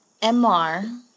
MR